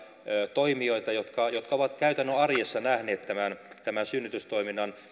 toimijoita jotka ovat jotka ovat käytännön arjessa nähneet tämän synnytystoiminnan